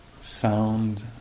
sound